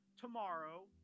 tomorrow